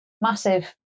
Massive